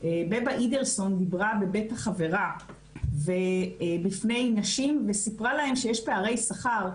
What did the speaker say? בבה אידלסון דיברה בבית החברה בפני נשים וסיפרה להם שיש פערי שכר,